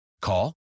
Call